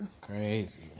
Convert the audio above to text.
Crazy